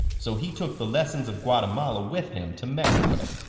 so he took the lessons of guatemala with him to mexico.